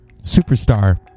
superstar